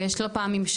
ויש לה פה ממשק,